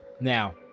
Now